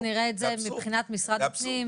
אנחנו תיכף נראה את זה מבחינת משרד הפנים,